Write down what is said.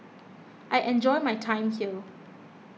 I enjoy my time here